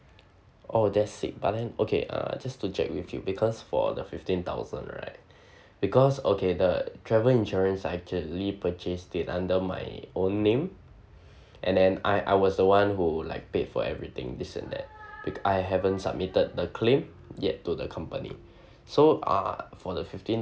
oh that's it but then okay uh just to check with you because for the fifteen thousand right because okay the travel insurance I actually purchased it under my own name and then I I was the one who like paid for everything this and that I haven't submitted the claim yet to the company so uh for the fifteen